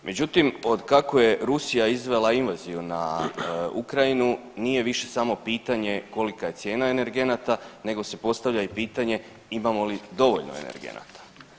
Međutim, otkako je Rusija izvela invaziju na Ukrajinu nije više samo pitanje kolika je cijena energenata nego se postavlja i pitanje imamo li dovoljno energenata.